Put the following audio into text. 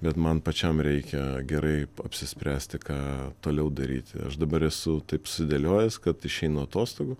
bet man pačiam reikia gerai apsispręsti ką toliau daryti aš dabar esu taip sudėliojęs kad išeinu atostogų